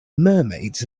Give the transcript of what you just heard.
mermaids